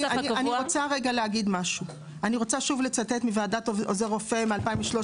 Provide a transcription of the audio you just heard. אני רוצה שוב לצטט מוועדת עוזר רופא מ-2013.